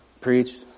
preach